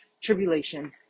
tribulation